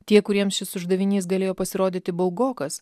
tie kuriems šis uždavinys galėjo pasirodyti baugokas